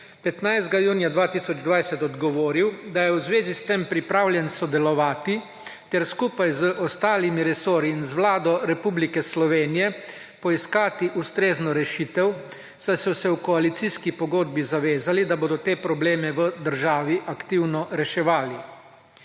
15. junija 2020 odgovoril, da je v zvezi s tem pripravljen sodelovati ter skupaj z ostalimi resorji in z Vlado Republike Slovenije poiskati ustrezno rešitev, saj so se v koalicijski pogodbi zavezali, da bodo te probleme v državi aktivno reševali.